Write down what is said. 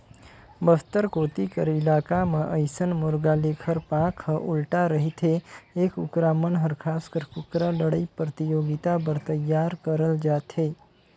बस्तर कोती कर इलाका म अइसन मुरगा लेखर पांख ह उल्टा रहिथे ए कुकरा मन हर खासकर कुकरा लड़ई परतियोगिता बर तइयार करल जाथे